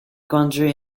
country